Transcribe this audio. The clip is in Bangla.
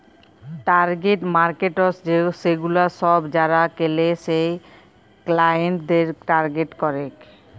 টার্গেট মার্কেটস সেগুলা সব যারা কেলে সেই ক্লায়েন্টদের টার্গেট করেক